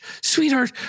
Sweetheart